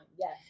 Yes